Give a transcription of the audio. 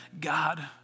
God